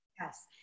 Yes